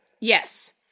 Yes